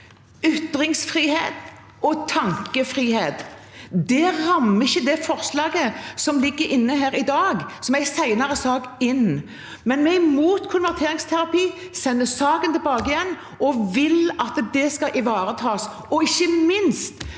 ytringsfrihet og tankefrihet. Det rammes ikke inn av det forslaget som ligger inne her i dag, som er en senere sak. Men vi er imot konverteringsterapi, sender saken tilbake igjen og vil at det skal ivaretas. Ikke minst